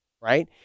right